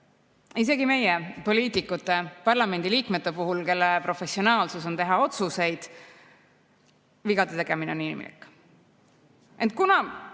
Isegi meie, poliitikute, parlamendiliikmete puhul, kelle professionaalsus on teha otsuseid, on vigade tegemine inimlik.